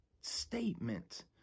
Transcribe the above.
statement